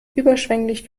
überschwänglich